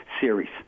series